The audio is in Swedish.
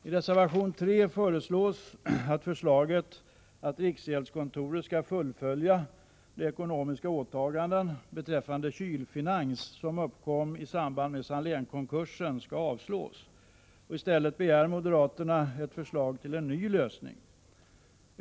I reservation 3 yrkas att förslaget om att riksgäldskontoret skall fullfölja de ekonomiska åtaganden beträffande Kylfinans som uppkom i samband med Salénkonkursen skall avslås. I stället begär moderaterna ett förslag till ny lösning.